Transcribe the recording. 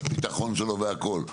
והביטחון שלו והכול,